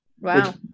Wow